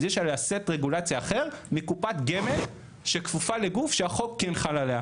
אז יש עליה סט רגולציה אחר מקופת גמל שכפופה לגוף שהחוק כן חל עליה,